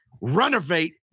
Renovate